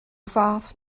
fath